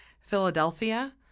Philadelphia